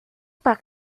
par